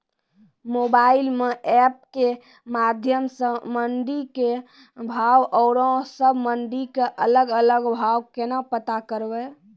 Mobile म app के माध्यम सऽ मंडी के भाव औरो सब मंडी के अलग अलग भाव केना पता करबै?